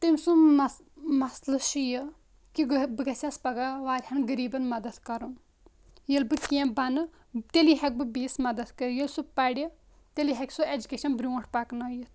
تٔمۍ سُنٛد مس مَسلہٕ چھُ یہِ کہِ بہٕ گژھٕ پَگہہ واریاہَن غریٖبَن مدد کرُن ییٚلہِ بہٕ کیٚنٛہہ بَنہٕ تیلہِ ہٮ۪کہٕ بہٕ بییٚس مدد کٔرِتھ ییٚلہِ سُہ پَرِ تیلہِ ہٮ۪کہِ سُہ اٮ۪جوکیشن برونٛٹھ پَکنٲیِتھ